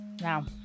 now